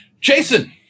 Jason